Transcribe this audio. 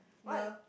the